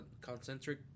Concentric